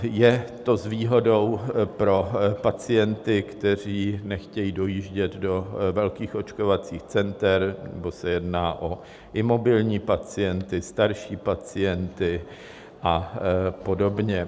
Je to s výhodou pro pacienty, kteří nechtějí dojíždět do velkých očkovacích center, nebo se jedná o imobilní pacienty, starší pacienty a podobně.